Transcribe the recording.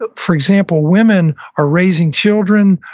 but for example, women are raising children,